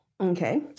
Okay